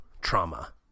trauma